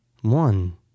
one